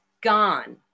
gone